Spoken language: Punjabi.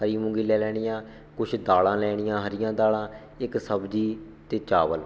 ਹਰੀ ਮੂੰਗੀ ਲੈ ਲੈਣੀ ਹੈ ਕੁਛ ਦਾਲਾਂ ਲੈਣੀਆਂ ਹਰੀਆਂ ਦਾਲਾਂ ਇੱਕ ਸਬਜ਼ੀ ਅਤੇ ਚਾਵਲ